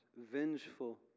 Vengeful